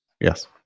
Yes